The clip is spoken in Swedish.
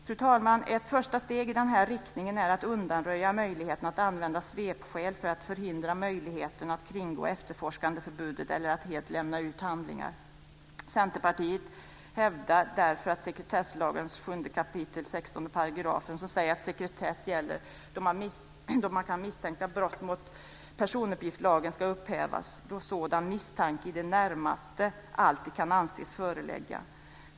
Fru talman! Ett första steg i denna riktning är att undanröja möjligheten att använda svepskäl för att förhindra möjligheten att kringgå efterforskandeförbudet eller att helt lämna ut handlingar. Centerpartiet hävdar därför att sekretesslagens 7 kap. 16 §, som säger att sekretess gäller då man kan misstänka brott mot personuppgiftslagen, ska upphävas då sådan misstanke i det närmaste alltid kan anses föreligga.